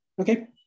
Okay